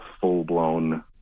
full-blown